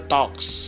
Talks